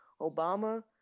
Obama